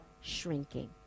shrinking